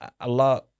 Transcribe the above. Allah